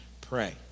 pray